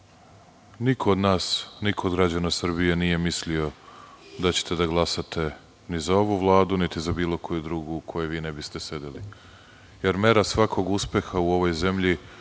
niko od nas, niko od građana Srbije nije mislio da ćete da glasate ni za ovu vladu, niti za bilo koju drugu u kojoj vi ne biste sedeli, jer mera svakog uspeha u ovoj zemlji,